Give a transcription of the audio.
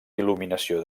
il·luminació